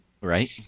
Right